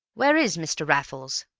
where is mr. raffles?